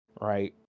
right